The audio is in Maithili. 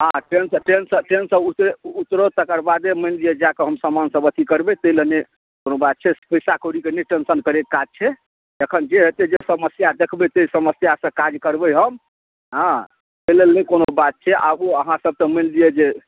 हँ ट्रेन सऽ ट्रेन सऽ ट्रेन सऽ उत उतरू तकर बादे मानि लिअ जा कऽ हम समान सब अथी करबै तै लए नहि कोनो बात छै पैसा कौड़ी के नहि टेन्शन करैक काज छै जखन जे हेतै जे समस्या देखबै तै समस्यासे काज करबै हम हँ तै लेल नहि कोनो बात छै आबू आहाँ सब तऽ मानि लिअ जे